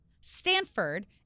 Stanford